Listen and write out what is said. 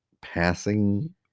passing